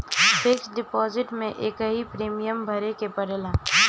fix deposit में एकही premium भरे के पड़ेला